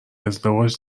ازدواج